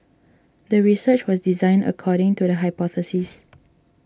the research was designed according to the hypothesis